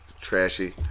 trashy